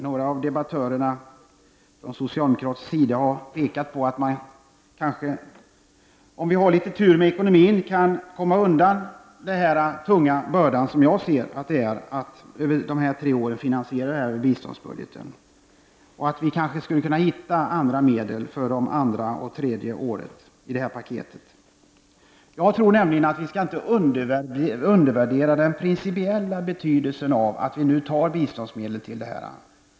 Några av debattörerna från den socialdemokratiska sidan har pekat på att om vi har litet tur med ekonomin kan vi kanske komma undan den tunga bördan, som jag ser det, att under dessa tre år finansiera detta med biståndsbudgeten och att vi kanske skulle kunna hitta andra medel för det andra och tredje året i paketet. Jag tror nämligen inte att vi skall undervärdera den principiella betydelsen av att vi nu tar biståndsmedel till detta ändamål.